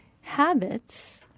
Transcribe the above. habits